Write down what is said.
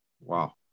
Wow